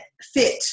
fit